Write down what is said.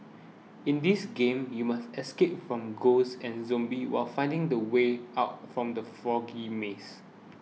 in this game you must escape from ghosts and zombies while finding the way out from the foggy maze